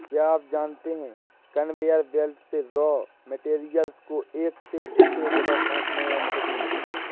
क्या आप जानते है कन्वेयर बेल्ट से रॉ मैटेरियल्स को एक से दूसरे जगह पहुंचने में मदद मिलती है?